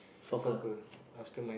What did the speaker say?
soccer